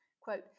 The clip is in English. quote